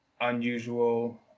unusual